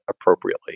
appropriately